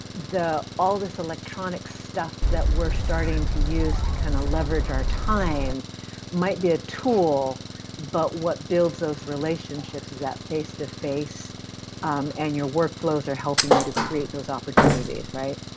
all this electronic stuff that we're starting to use to kind of leverage our time might be a tool but what builds those relationships that face-to-face um and your workflows are helping you to create those opportunities, right?